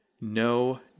no